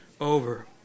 over